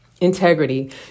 Integrity